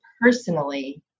personally